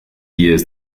years